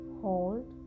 hold